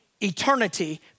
eternity